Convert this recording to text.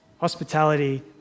Hospitality